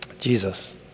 Jesus